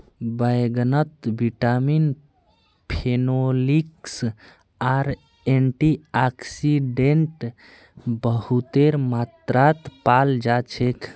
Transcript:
बैंगनत vitamin, phenolics आर antioxidant बहुतेर मात्रात पाल जा छेक